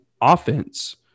offense –